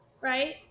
right